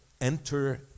enter